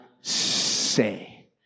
say